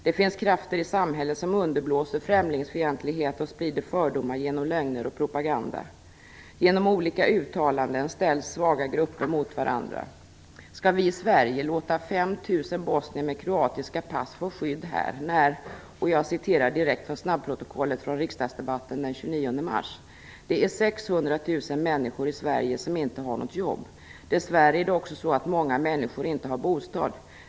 Det finns krafter i samhället som underblåser främlingsfientlighet och sprider fördomar genom lögner och propaganda. Genom olika uttalanden ställs svaga grupper mot varandra. Skall vi i Sverige låta 5 000 bosnier med kroatiska pass få skydd här? Jag citerar direkt ur snabbprotokollet från riksdagsdebatten den 29 mars: "Det är 600 000 människor som inte har något jobb. Dess värre är det också så att många människor inte har bostad.